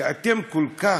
שאתם כל כך,